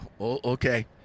okay